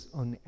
on